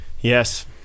yes